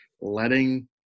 letting